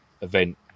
event